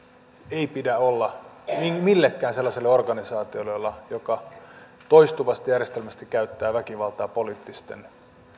ei pidä olla eikä millekään sellaiselle organisaatiolle joka toistuvasti järjestelmällisesti käyttää väkivaltaa poliittisten